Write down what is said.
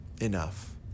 enough